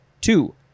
Two